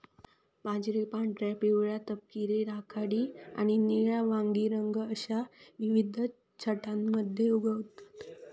बाजरी पांढऱ्या, पिवळ्या, तपकिरी, राखाडी आणि निळ्या वांगी रंग अश्या विविध छटांमध्ये उगवतत